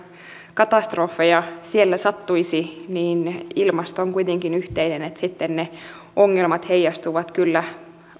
katastrofeja siellä sattuisi niin ilmasto on kuitenkin yhteinen niin että sitten ne ongelmat heijastuvat kyllä